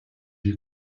you